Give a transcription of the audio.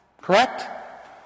correct